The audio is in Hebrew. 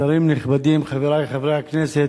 שרים נכבדים, חברי חברי הכנסת,